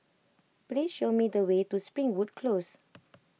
please show me the way to Springwood Close